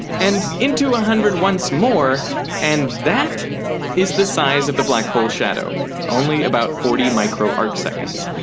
and into a hundred once more and that is the size of the black hole shadow only about forty micro arcseconds.